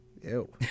Ew